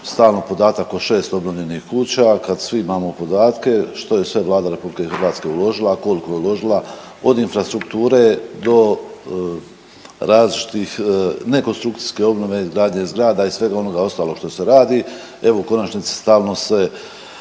stalno podatak od 6 obnovljenih kuća kad svi imamo podatke, što se sve Vlada RH uložila, koliko je uložila, od infrastrukture do različitih nekonstrukcijske obnove, izgradnje zgrada i svega onog ostalog što se radi. Evo u konačnici, stalno se,